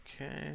Okay